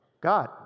God